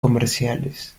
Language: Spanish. comerciales